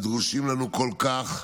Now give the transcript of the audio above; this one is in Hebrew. הדרושים לנו כל כך,